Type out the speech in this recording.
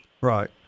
Right